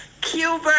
Cuba